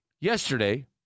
yesterday